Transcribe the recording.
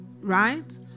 right